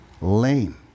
Lame